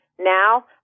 Now